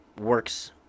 works